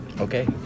Okay